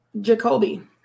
Jacoby